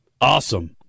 awesome